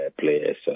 players